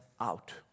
out